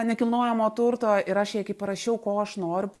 nekilnojamo turto ir aš jai kai parašiau ko aš noriu